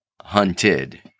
hunted